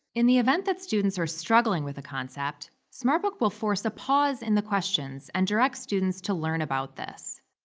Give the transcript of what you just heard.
in the event that students are struggling with a concept, smartbook will force a pause in the questions and direct students to learn about this.